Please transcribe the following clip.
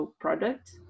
product